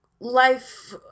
Life